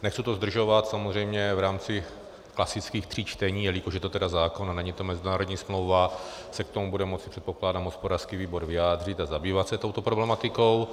Nechci to zdržovat, samozřejmě v rámci klasických tří čtení, jelikož je to tedy zákon a není to mezinárodní smlouva, se k tomu bude moci, předpokládám, hospodářský výbor vyjádřit a zabývat se touto problematikou.